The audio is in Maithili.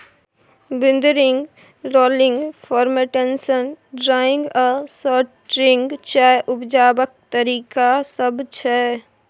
बिदरिंग, रोलिंग, फर्मेंटेशन, ड्राइंग आ सोर्टिंग चाय उपजेबाक तरीका सब छै